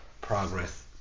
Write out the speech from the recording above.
Progress